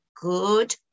good